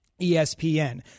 ESPN